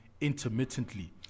intermittently